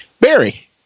Barry